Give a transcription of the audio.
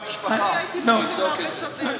תבדוק אם אני בעל משפחה, תבדוק את זה.